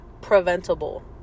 preventable